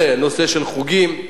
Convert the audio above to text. הנושא של חוגים.